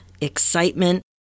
excitement